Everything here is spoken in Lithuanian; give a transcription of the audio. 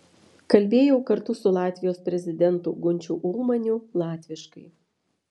kalbėjau kartu su latvijos prezidentu gunčiu ulmaniu latviškai